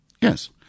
Yes